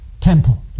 temple